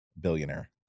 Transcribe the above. billionaire